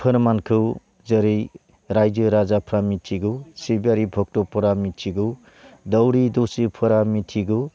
फोरमानखौ जेरै रायजो राजाफ्रा मिथिगौ सिबियारि भक्तफोरा मिथिगौ दौरि दसिफोरा मिथिगौ